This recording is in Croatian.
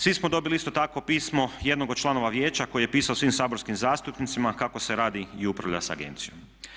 Svi smo dobili isto tako pismo jednog od članova vijeća koji je pisao svim saborskim zastupnicima kako se radi i upravlja s agencijom.